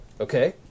okay